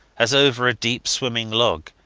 as over a deep-swimming log